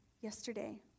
yesterday